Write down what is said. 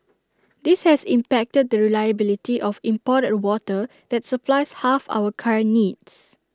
this has impacted the reliability of imported water that supplies half our current needs